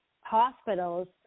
hospitals